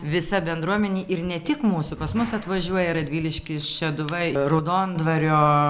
visa bendruomenė ir ne tik mūsų pas mus atvažiuoja radviliškis šeduva raudondvario